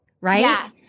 Right